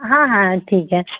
हाँ हाँ हाँ ठीक है